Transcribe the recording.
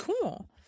Cool